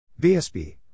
BSB